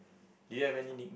do you have any nick~